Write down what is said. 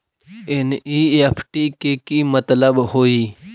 NEFT के कि मतलब होइ?